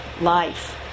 life